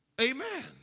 Amen